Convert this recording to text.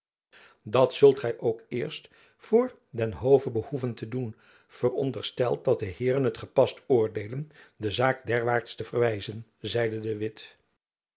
dat zult gy ook eerst voor den hove behoeven te doen verondersteld dat de heeren het gepast oordeelen de zaak derwaarts te verwijzen zeide de witt